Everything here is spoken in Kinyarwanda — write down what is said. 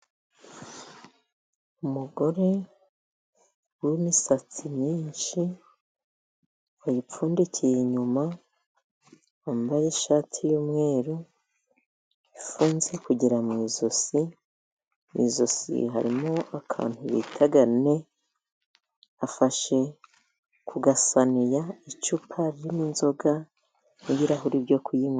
Umugore w'imisatsi myinshi wayipfundikiye inyuma, wambaye ishati y'umweru ifunze kugera mu ijosi, mu ijosi harimo akantu bita ne, afashe ku gasiniya icupa ririmo inzoga n'ibirahuri byo kuyinywesha.